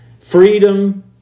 freedom